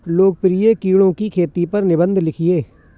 लोकप्रिय कीड़ों की खेती पर निबंध लिखिए